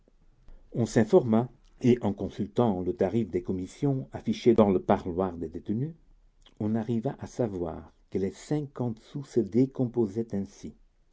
on s'informa et en consultant le tarif des commissions affiché dans le parloir des détenus on arriva à savoir que les cinquante sous se décomposaient ainsi